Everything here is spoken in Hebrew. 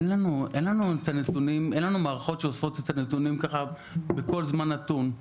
אין לנו מערכות שאוספות את הנתונים בכל זמן נתון.